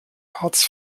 hartz